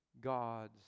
God's